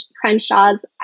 Crenshaw's